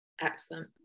Excellent